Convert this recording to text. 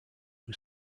who